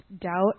doubt